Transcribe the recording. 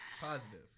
positive